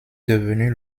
devenu